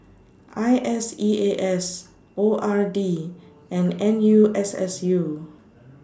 I S E A S O R D and N U S S U